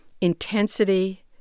intensity